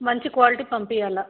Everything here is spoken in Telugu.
మంచి క్వాలిటీ పంపియ్యాలా